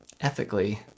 ethically